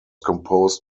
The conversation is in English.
composed